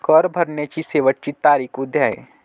कर भरण्याची शेवटची तारीख उद्या आहे